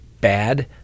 bad